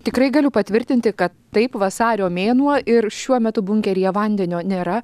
tikrai galiu patvirtinti kad taip vasario mėnuo ir šiuo metu bunkeryje vandenio nėra